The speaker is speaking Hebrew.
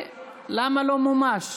למה הוא לא מומש?